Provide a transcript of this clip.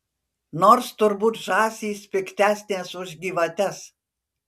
nors turbūt žąsys piktesnės už gyvates